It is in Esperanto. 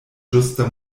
ĝusta